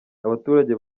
abaturage